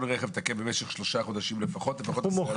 רכב תקף במשך שלושה חודשים לפחות לפחות 10 ימים.